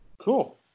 Cool